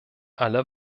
alle